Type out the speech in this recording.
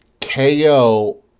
KO